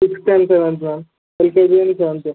sixth and seventh ma'am LKG seventh